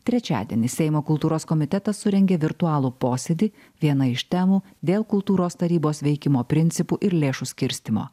trečiadienį seimo kultūros komitetas surengė virtualų posėdį viena iš temų dėl kultūros tarybos veikimo principų ir lėšų skirstymo